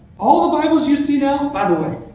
all the bibles you see now. by the way,